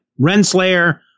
Renslayer